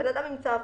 הבן אדם ימצא עבודה.